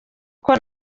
uko